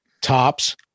tops